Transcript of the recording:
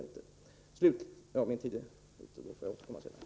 Jag får återkomma, eftersom min taletid är slut nu.